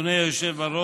אדוני היושב בראש,